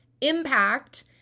impact